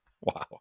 Wow